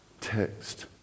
text